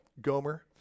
Gomer